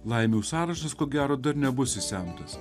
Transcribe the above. laimių sąrašas ko gero dar nebus išsemtas